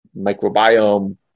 microbiome